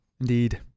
Indeed